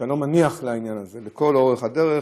אתה לא מניח לעניין הזה לכל אורך הדרך,